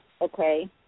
Okay